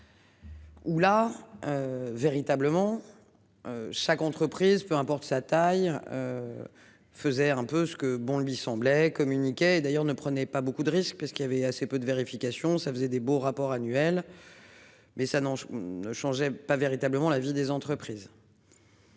Hou là. Véritablement. Chaque entreprise, peu importe sa taille. Faisaient un peu ce que bon lui semblait communiqué d'ailleurs ne prenait pas beaucoup de risques puisqu'il y avait assez peu de vérifications. Ça faisait des beaux rapports annuels. Mais ça non je ne changeait pas véritablement la vie des entreprises.